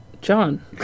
John